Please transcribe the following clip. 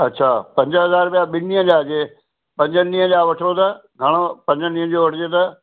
अच्छा पंज हज़ार रुपया ॿिनि ॾींहंनि जा जे पंज ॾींहंनि जा वठो त घणो पंजनि ॾींहंनि जो वठिजे त